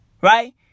Right